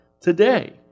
today